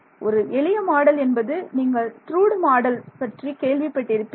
ஒரு எளிய மாடல் என்பது நீங்கள் ட்ருடு மாடல் பற்றி கேள்விப்பட்டிருப்பீர்கள்